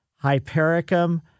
hypericum